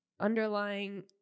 underlying